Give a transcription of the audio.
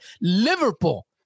Liverpool